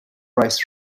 raced